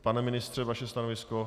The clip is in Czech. Pane ministře, vaše stanovisko?